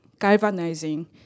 galvanizing